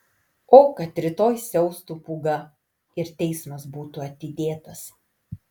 o kad rytoj siaustų pūga ir teismas būtų atidėtas